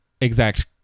exact